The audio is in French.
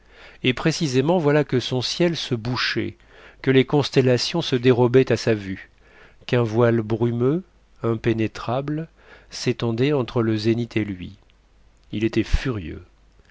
et précisément voilà que son ciel se bouchait que les constellations se dérobaient à sa vue qu'un voile brumeux impénétrable s'étendait entre le zénith et lui il était furieux